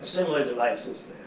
similar device is